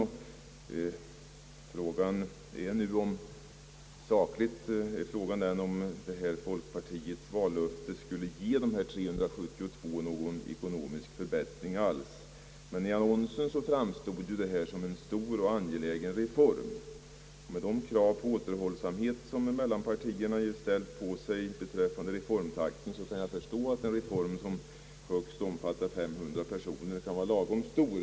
Frågan är nu om ett förverkligande av folkpartiets vallöfte skulle ge de 372 någon ekonomisk förbättring alls, men i annonsen framstod detta som en stor och angelägen reform. Med de krav på återhållsamhet som :mellanpartierna ställt på sig beträffande reformtakten kan jag förstå att en reform som högst omfattar 500 personer anses lagom stor.